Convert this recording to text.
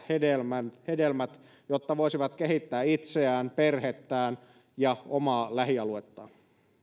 hedelmät hedelmät jotta voisivat kehittää itseään perhettään ja omaa lähialuettaan